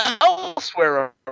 elsewhere